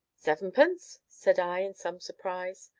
sevenpence? said i, in some surprise.